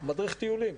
מדריך טיולים,